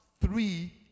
three